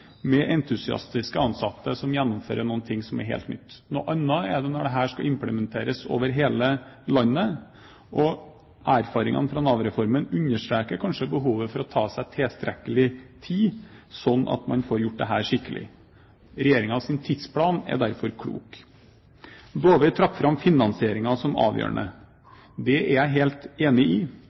med entusiastiske ansatte som gjennomfører noe som er helt nytt. Noe annet er det når dette skal implementeres over hele landet. Erfaringene fra Nav-reformen understreker kanskje behovet for å ta seg tilstrekkelig tid, slik at man får gjort dette skikkelig. Regjeringens tidsplan er derfor klok. Laila Dåvøy trakk fram finansieringen som avgjørende. Det er jeg helt enig i.